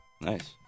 Nice